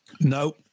no